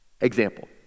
Example